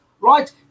right